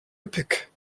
üppig